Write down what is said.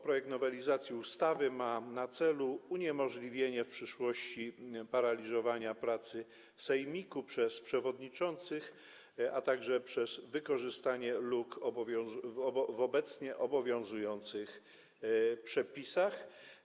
Projekt nowelizacji ustawy ma na celu uniemożliwienie w przyszłości paraliżowania pracy sejmiku przez przewodniczących, także przez wykorzystanie luk w obowiązujących przepisach.